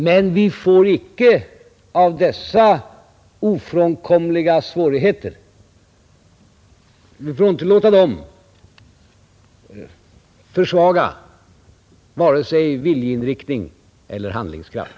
Men vi får inte låta dessa ofrånkomliga svårigheter försvaga vare sig viljeinriktning eller handlingskraft.